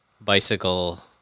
bicycle